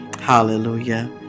hallelujah